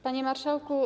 Panie Marszałku!